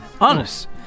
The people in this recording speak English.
Honest